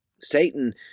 Satan